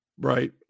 Right